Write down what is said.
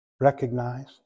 Recognize